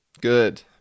Good